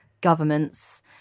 governments